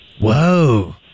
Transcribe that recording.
Whoa